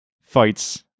fights